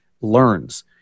learns